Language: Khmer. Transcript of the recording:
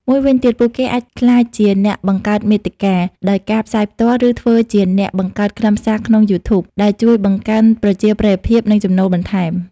មួយវិញទៀត ពួកគេអាចក្លាយជា អ្នកបង្កើតមាតិកា ដោយការផ្សាយផ្ទាល់ ឬធ្វើជាអ្នកបង្កើតខ្លឹមសារក្នុងយូធូប ដែលជួយបង្កើនប្រជាប្រិយភាព និងចំណូលបន្ថែម។